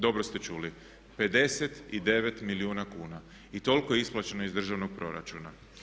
Dobro ste čuli, 59 milijuna kuna i toliko je isplaćeno iz državnog proračuna.